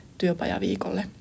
työpajaviikolle